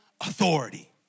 authority